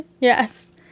Yes